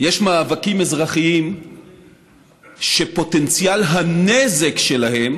יש מאבקים אזרחיים שפוטנציאל הנזק שלהם